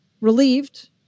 Relieved